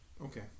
Okay